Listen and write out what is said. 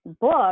book